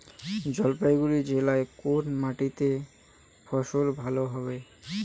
জলপাইগুড়ি জেলায় কোন মাটিতে ফসল ভালো হবে?